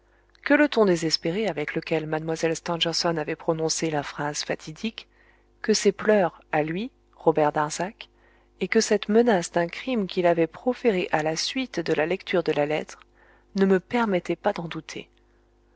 que le ton désespéré avec lequel mlle stangerson avait prononcé la phrase fatidique que ses pleurs à lui robert darzac et que cette menace d'un crime qu'il avait proférée à la suite de la lecture de la lettre ne me permettaient pas d'en douter